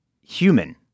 human